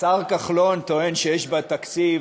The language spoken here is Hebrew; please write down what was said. השר כחלון טוען שיש בתקציב